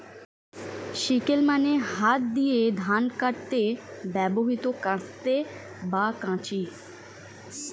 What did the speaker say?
sickle মানে হাত দিয়ে ধান কাটতে ব্যবহৃত কাস্তে বা কাঁচি